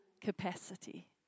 capacity